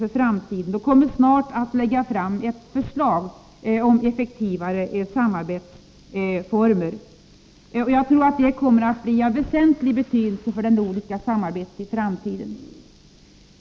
Snart kommer det också att läggas fram ett förslag om effektivare samarbetsformer. Jag tror att detta kommer att bli av stor betydelse för det nordiska samarbetet i framtiden.